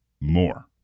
more